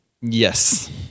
Yes